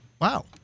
Wow